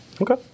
Okay